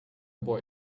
boy